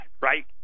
right